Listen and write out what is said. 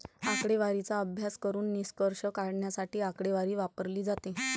आकडेवारीचा अभ्यास करून निष्कर्ष काढण्यासाठी आकडेवारी वापरली जाते